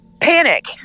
panic